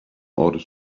order